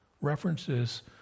references